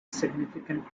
significant